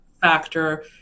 factor